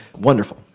wonderful